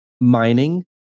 mining